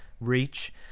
Reach